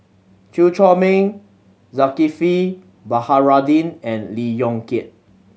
Chew Chor Meng Zulkifli Baharudin and Lee Yong Kiat